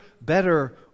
better